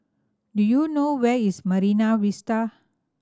do you know where is Marine Vista